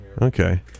Okay